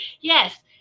Yes